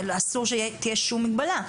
אסור שתהיה שום מגבלה,